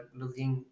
looking